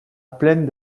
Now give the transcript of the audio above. plaine